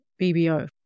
BBO